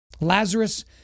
Lazarus